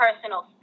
personal